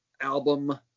album